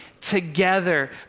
together